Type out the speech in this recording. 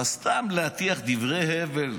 אבל סתם להטיח דברי הבל,